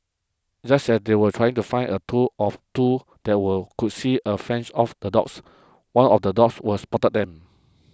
just as they were trying to find a tool of two that will could see a French off the dogs one of the dogs was spotted them